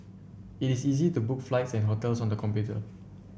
it is easy to book flights and hotels on the computer